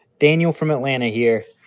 daniel from atlanta here.